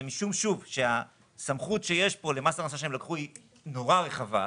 בגלל שהסמכות שמס הכנסה לקח כאן היא מאוד רחבה,